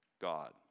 God